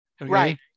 Right